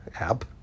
app